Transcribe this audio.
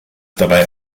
dabei